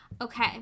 okay